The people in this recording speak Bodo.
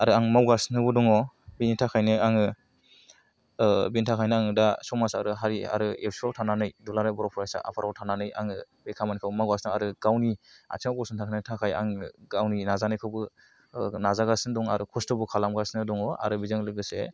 आरो आं मावगासिनो बो दङ बेनि थाखायनो आङो बेनि थाखायनो आङो दा समाज आरो हारि आरो एबसुआव थानानै दुलाराय बर' फरायसा आफादाव थानानै आङो बे खालामनिखौ मावगासिनो दं आरो गावनि आथिङाव गसंथानो थाखाय आङो गावनि नाजानायखौबो नाजागासिनो दं आरो खस्थ'बो खालामगासिनो दङ आरो बेजों लोगोसे